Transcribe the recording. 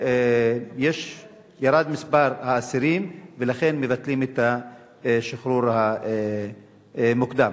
ירד מספר האסירים, ולכן מבטלים את השחרור המוקדם.